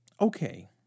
Okay